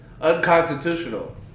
unconstitutional